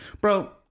Bro